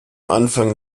anfang